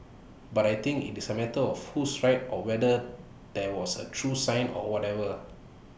but I think IT is A matter of who's right or whether that was A true sign or whatever